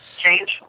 change